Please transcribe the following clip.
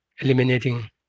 eliminating